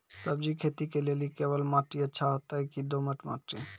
सब्जी खेती के लेली केवाल माटी अच्छा होते की दोमट माटी?